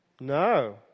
No